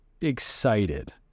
excited